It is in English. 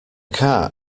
car